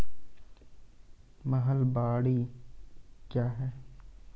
महलबाडी क्या हैं?